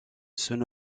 son